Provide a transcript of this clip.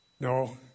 No